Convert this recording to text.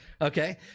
okay